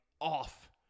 off